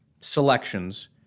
selections